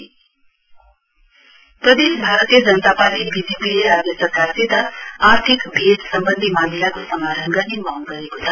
BJP प्रदेश Bharatiya Janata Party बीजेपीले राज् सरकारसित आर्थिक भेद सम्वन्धी मामिलाको समाधान गर्ने मांग गरेको छ